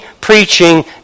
preaching